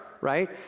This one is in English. right